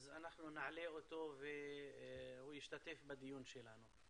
אז אנחנו נעלה אותו והוא ישתתף בדיון שלנו.